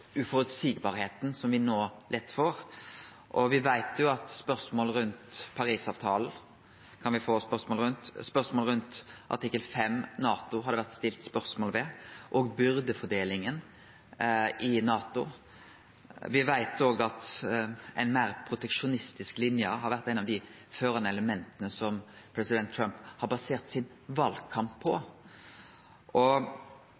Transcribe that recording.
som vi no lett får. Vi veit at Paris-avtalen kan vi få spørsmål rundt. NATOs artikkel 5 og byrdefordelinga i NATO har det vore stilt spørsmål ved. Vi veit òg at ei meir proteksjonistisk linje har vore eit av dei førande elementa president Trump har basert valkampen sin på.